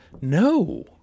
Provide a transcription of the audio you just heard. No